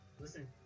listen